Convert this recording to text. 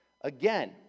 Again